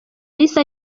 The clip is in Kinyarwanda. yahise